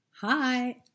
Hi